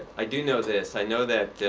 i do know this. i know that